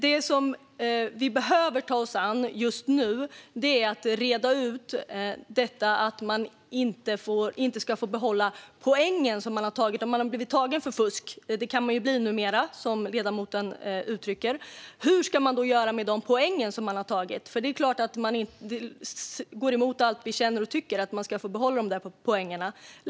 Det som vi behöver ta oss an just nu är att reda ut att man inte ska få behålla de poäng man har tagit om man har blivit tagen för fusk, vilket man ju kan bli numera, som ledamoten uttryckte. Hur ska vi då göra med de poäng som tagits? Det är klart att det går emot allt vi känner och tycker att man ska få behålla poängen.